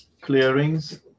clearings